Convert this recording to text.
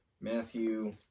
Matthew